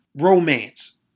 romance